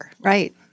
Right